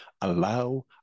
allow